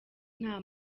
nta